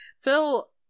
Phil